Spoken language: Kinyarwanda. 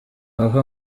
bava